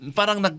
parang